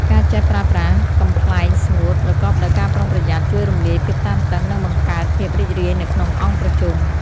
ការចេះប្រើប្រាស់ "កំប្លែងស្ងួត" ប្រកបដោយការប្រុងប្រយ័ត្ន ជួយរំលាយភាពតានតឹង និងបង្កើតភាពរីករាយនៅក្នុងអង្គប្រជុំ។